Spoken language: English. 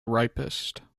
ripest